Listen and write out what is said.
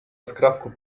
skrawku